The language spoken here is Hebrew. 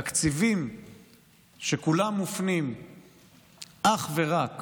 תקציבים שכולם מופנים אך ורק